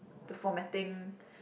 the formatting